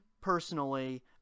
personally